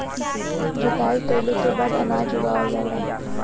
जोताई कइले के बाद अनाज उगावल जाला